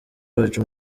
wacu